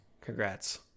Congrats